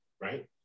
right